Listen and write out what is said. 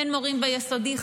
אין מורים ביסודי.